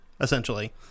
essentially